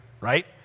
right